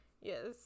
Yes